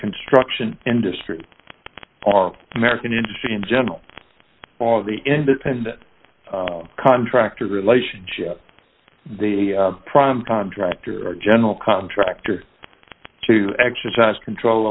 construction industry our american industry in general all of the independent contractor relationship the prime contractor or general contractor to exercise control